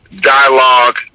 dialogue